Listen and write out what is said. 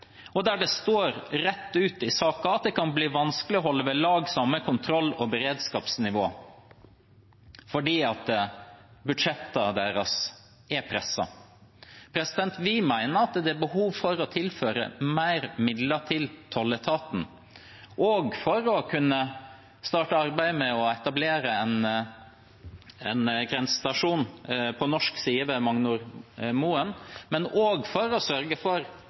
holde ved lag det samme kontroll- og beredskapsnivået fordi budsjettene deres er presset. Vi mener det er behov for å tilføre flere midler til Tolletaten, både for å kunne starte arbeidet med å etablere en grensestasjon på norsk side ved Magnormoen, og for å sørge for